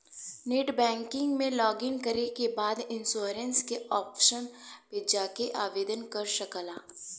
net banking में login करे के बाद इन्शुरन्स के ऑप्शन पे जाके आवेदन कर सकला